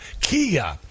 Kia